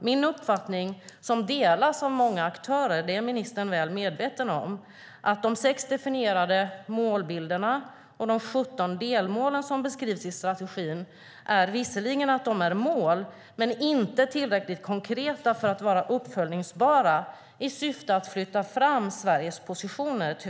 Min uppfattning, som delas av många aktörer - det är ministern väl medveten om - är att de 6 definierade målbilderna och de 17 delmål som beskrivs i strategin visserligen är mål, men tyvärr inte tillräckligt konkreta för att vara uppföljbara i syfte att flytta fram Sveriges positioner.